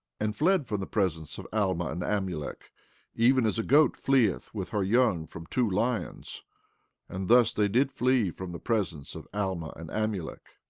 and fled from the presence of alma and amulek even as a goat fleeth with her young from two lions and thus they did flee from the presence of alma and amulek.